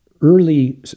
early